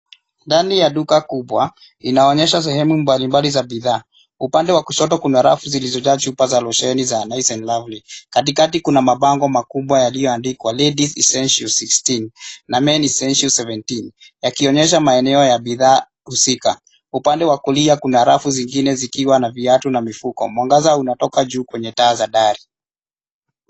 Ndani ya duka kubwa, inaonyesha sehemu mbalimbali za bidhaa, upande wa kushoto kina rafu zilizojaa chupa za loshoni za nice and lovely. Katikati kuna mabango makubwa yaliyoandikwa ladies essentials 16 na men essentials 17 yakionyesha maeneo ya bidhaa husika. Upande wa kulia kuna rafu zingine zikiwa na viatu na mifuko. Mwangaza unatoka juu kwenye taa za dari.